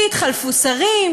כי התחלפו שרים,